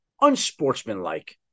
unsportsmanlike